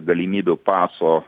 galimybių paso